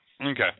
Okay